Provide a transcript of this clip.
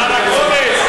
השר אקוניס,